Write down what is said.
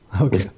Okay